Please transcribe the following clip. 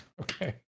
Okay